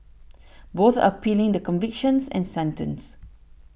both are appealing the convictions and sentence